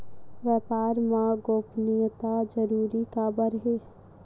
व्यापार मा गोपनीयता जरूरी काबर हे?